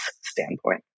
standpoint